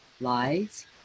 lies